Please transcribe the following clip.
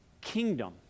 kingdom